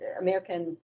American